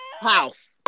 House